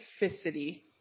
Specificity